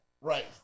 Right